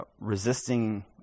Resisting